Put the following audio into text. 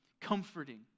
comforting